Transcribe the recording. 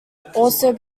also